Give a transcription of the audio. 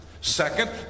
second